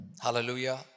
Hallelujah